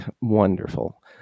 Wonderful